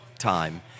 time